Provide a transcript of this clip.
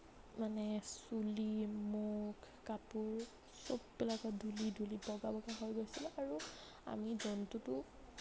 মানে চুলি মুখ কাপোৰ সববিলাকত ধূলি ধূলি বগা বগা হৈ গৈছিলে আৰু আমি জন্তুটো